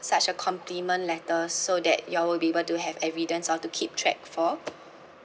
such a compliment letters so that you all will be able to have evidence or to keep track for